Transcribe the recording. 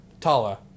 Tala